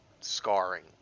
scarring